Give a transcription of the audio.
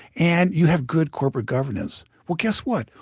and you have good corporate governance. well guess what?